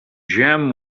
gem